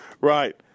Right